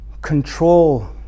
control